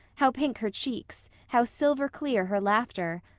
how pink her cheeks, how silver-clear her laughter!